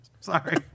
sorry